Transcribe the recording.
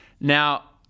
Now